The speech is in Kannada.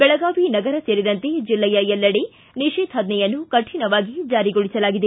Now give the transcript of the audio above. ಬೆಳಗಾವಿ ನಗರ ಸೇರಿದಂತೆ ಜಿಲ್ಲೆಯ ಎಲ್ಲೆಡೆ ನಿಷೇಧಾಜ್ವೆಯನ್ನು ಕಠಿಣವಾಗಿ ಜಾರಿಗೊಳಿಸಲಾಗಿದೆ